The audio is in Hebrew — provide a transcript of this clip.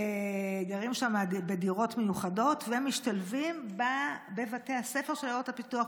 גרים שם בדירות מיוחדות ומשתלבים בבתי הספר של עיירות הפיתוח,